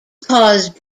cause